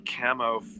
camo